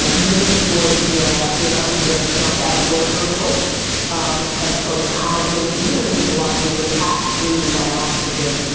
ah really enjoyed the ah the amount of people that have jumped out of lurkerville um and started commenting, it really means a lot to me. it is absolutely my oxygen,